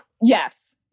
Yes